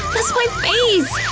that's my face!